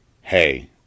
hey